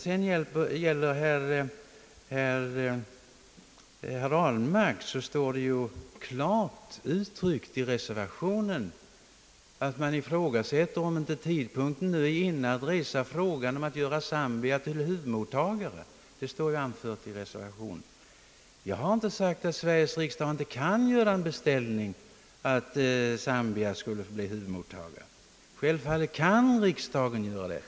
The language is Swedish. Det står, herr Ahlmark, klart uttryckt i reservationen att man ifrågasätter om inte tidpunkten nu är inne att resa frågan om att göra Zambia till huvudmottagare. Jag har inte sagt att Sveriges riksdag inte kan göra en beställning om att Zambia skulle få bli huvudmottagare. Självfallet kan riksdagen göra det.